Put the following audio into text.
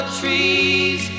trees